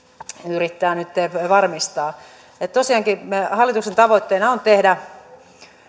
yrittää nytten varmistaa tosiaankin meidän hallituksen tavoitteena on tehdä